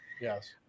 Yes